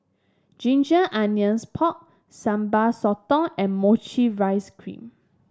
Ginger Onions Pork Sambal Sotong and mochi rice cream